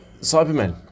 Cybermen